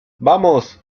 vamos